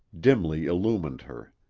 dimly illumined her.